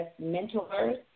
mentors